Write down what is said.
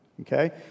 okay